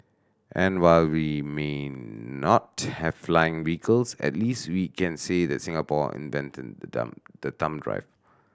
and while we may not have flying vehicles at least we can say that Singapore invented the thumb the thumb drive